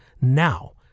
now